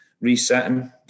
resetting